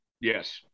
Yes